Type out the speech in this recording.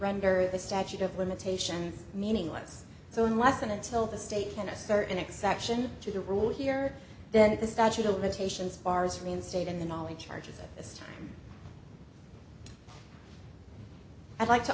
render the statute of limitation meaningless so unless and until the state can assert an exception to the rule here then the statute of limitations bars reinstated and all the charges at this time i'd like to